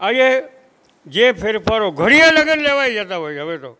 આજે જે ફેરફારો ઘડિયા લગ્ન લેવાય જતાં હોય છે હવે તો